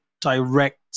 Direct